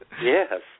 Yes